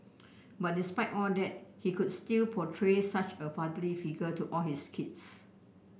but despite all that he could still portray such a fatherly figure to all his kids